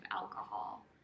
alcohol